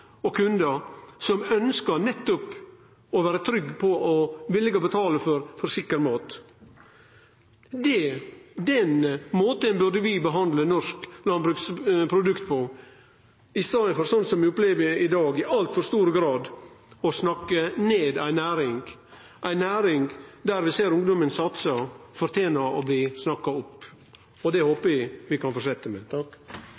og kundar som nettopp ønskjer å vere trygge på og villige til å betale for sikker mat. Det er på den måten vi burde behandle norske landbruksprodukt. I staden opplever vi i dag i altfor stor grad at næringa blir snakka ned. Ei næring der vi ser ungdommen satse, fortener å bli snakka opp. Det